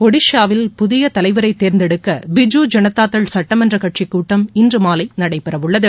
ஒடிஷாவில் புதிய தலைவரை தேர்ந்தெடுக்க பிஜு ஜனதாதள் சுட்டமன்ற கட்சிக்கூட்டம் இன்று மாலை நடைபெறவுள்ளது